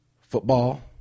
Football